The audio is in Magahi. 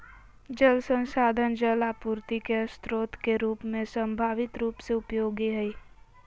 जल संसाधन जल आपूर्ति के स्रोत के रूप में संभावित रूप से उपयोगी हइ